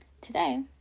Today